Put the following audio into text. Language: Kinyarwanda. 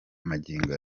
magingo